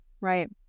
right